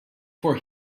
for